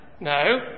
No